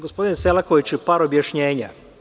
Gospodine Selakoviću, par objašnjenja.